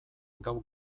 gau